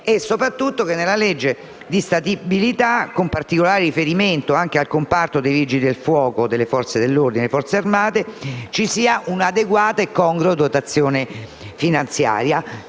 e soprattutto che nella legge di stabilità, con particolare riferimento ai comparti dei Vigili del fuoco, delle Forze dell'ordine e delle Forze armate, vi sia un'adeguata e congrua dotazione finanziaria,